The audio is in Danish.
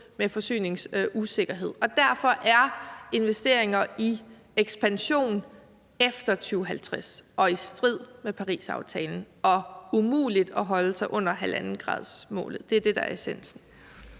med forsyningsusikkerhed. Derfor er investeringer i ekspansion efter 2050 i strid med Parisaftalen og gør det umuligt at holde sig under 1,5-gradersmålet. Det er det, der er essensen.